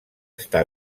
està